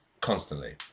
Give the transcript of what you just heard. constantly